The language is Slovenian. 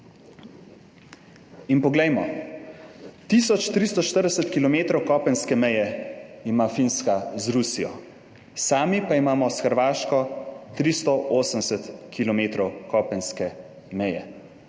In poglejmo, 1340 kilometrov kopenske meje ima Finska z Rusijo, sami pa imamo s Hrvaško 380 kilometrov kopenske meje.